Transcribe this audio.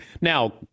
Now